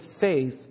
faith